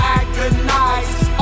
agonize